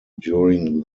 during